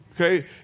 Okay